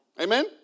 Amen